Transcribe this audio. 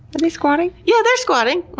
and they squatting? yeah, they're squatting.